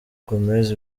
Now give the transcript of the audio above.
gomez